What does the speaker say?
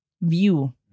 view